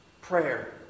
prayer